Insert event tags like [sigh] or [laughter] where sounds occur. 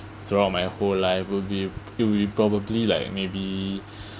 throughout my whole life will be it will probably like maybe [breath]